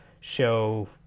show